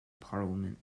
parliament